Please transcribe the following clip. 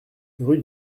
rue